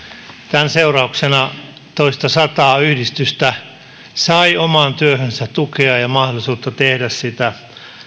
tämän seurauksena toistasataa yhdistystä sai omaan työhönsä tukea ja ja mahdollisuutta tehdä sitä